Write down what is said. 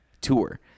Tour